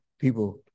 people